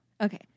Okay